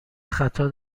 خطا